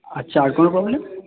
আচ্ছা আর কোন প্রবলেম